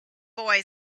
boy